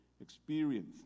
experience